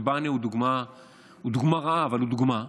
ובענה הוא דוגמה רעה אבל הוא דוגמה,